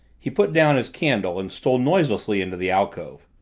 he put down his candle and stole noiselessly into the alcove.